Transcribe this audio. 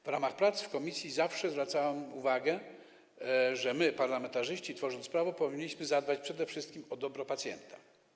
W ramach prac w komisji zawsze zwracałem uwagę, że my, parlamentarzyści, tworząc prawo, powinniśmy zadbać przede wszystkim o dobro pacjenta.